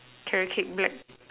carrot cake black